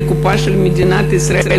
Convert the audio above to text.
לקופה של מדינת ישראל,